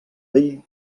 vell